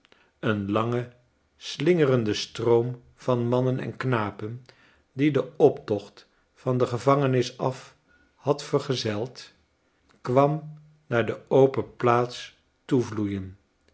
een lange slingerende stroom van mannen en knapen die den optocht van de gevangenis af had verzeld kwam naar de open plaats toevloeien